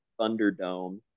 Thunderdome